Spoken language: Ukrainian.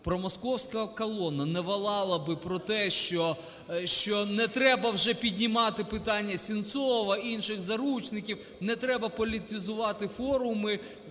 промосковська колона не волала би про те, що не треба вже піднімати питання Сенцова і інших заручників, не треба політизувати форуми,